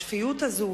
השפיות הזאת,